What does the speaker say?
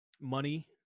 Money